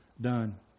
done